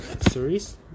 series